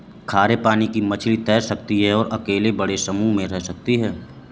खारे पानी की मछली तैर सकती है और अकेले बड़े समूह में रह सकती है